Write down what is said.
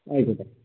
ആയിക്കോട്ടെ